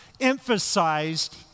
emphasized